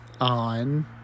on